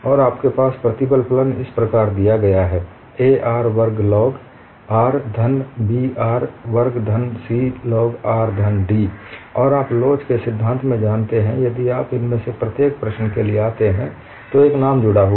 और आपके पास प्रतिबल फलन इस प्रकार दिया गया है A r वर्ग लाॅग r धन B r वर्ग धन C लाॅग r धन D और आप लोच के सिद्धांत में जानते हैं यदि आप इनमें से प्रत्येक प्रश्न के लिए आते हैं तो एक नाम जुड़ा हुआ